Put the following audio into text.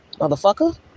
motherfucker